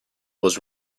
was